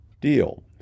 deal